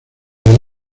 del